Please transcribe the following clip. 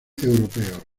europeos